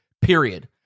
period